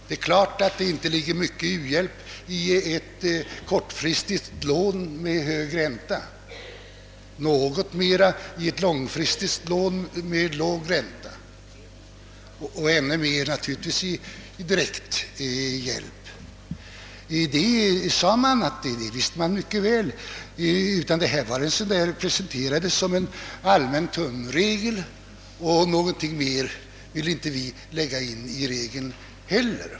Det är klart att det inte ligger mycket av u-hjälp i ett kortfristigt lån med hög ränta, något mer i ett långfristigt lån med låg ränta och naturligtvis ännu mer i direkt hjälp. Enprocentsregeln presenterades som en allmän tumregel, och något mer vill inte heller vi lägga in i regeln.